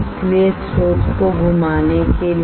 इसलिए स्रोत को घुमाने के लिए